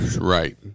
Right